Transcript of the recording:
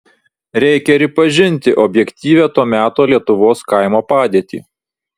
reikia ripažinti objektyvią to meto lietuvos kaimo padėtį